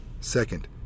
Second